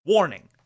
Warning